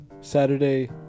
Saturday